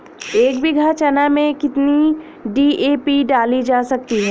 एक बीघा चना में कितनी डी.ए.पी डाली जा सकती है?